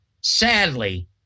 Sadly